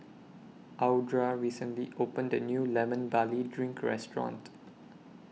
Audra recently opened A New Lemon Barley Drink Restaurant